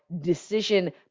decision